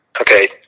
okay